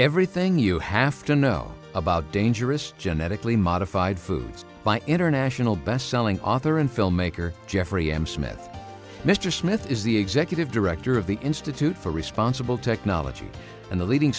everything you have to know about dangerous gen ethically modified foods by international bestselling author and filmmaker jeffrey m smith mr smith is the executive director of the institute for responsible technology and a leading